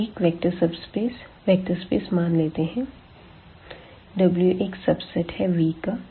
Vएक vector space मान लेते है Wएक सबसेट है Vका